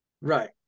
Right